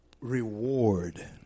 reward